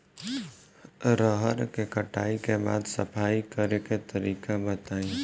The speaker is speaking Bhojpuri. रहर के कटाई के बाद सफाई करेके तरीका बताइ?